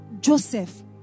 Joseph